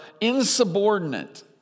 insubordinate